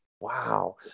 Wow